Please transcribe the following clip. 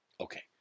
Okay